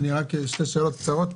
שתי שאלות קצרות.